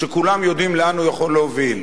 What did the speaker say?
שכולם יודעים לאן הוא יכול להוביל,